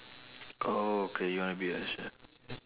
okay you wanna be a chef